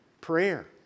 prayer